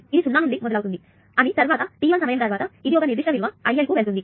ఇది 0 నుండి మొదలవుతుంది అని తర్వాత t1 సమయం తర్వాత ఇది ఒక నిర్దిష్ట విలువ I L కి వెళ్తుంది